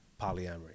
polyamory